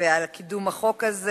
ועל קידום החוק הזה.